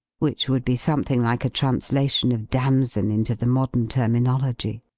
which would be something like a translation of damson into the modern terminology.